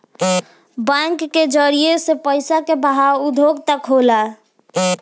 bank के जरिए से पइसा के बहाव उद्योग तक होला